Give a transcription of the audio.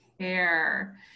care